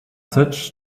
such